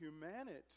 humanity